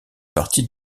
partie